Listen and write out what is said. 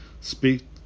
Speak